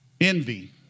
envy